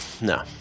No